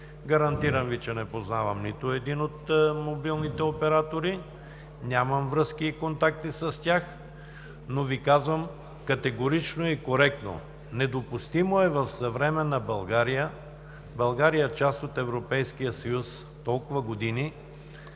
Гарантирам Ви, че не познавам нито един от мобилните оператори, нямам връзки и контакти с тях, но Ви казвам категорично и коректно: недопустимо е в съвременна България, която е част от Европейския съюз толкова години,